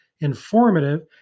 informative